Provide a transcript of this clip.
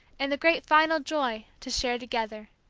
and the great final joy, to share together.